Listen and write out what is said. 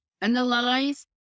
Analyze